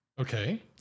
Okay